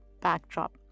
backdrop